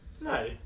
No